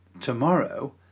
tomorrow